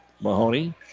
Mahoney